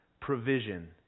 provision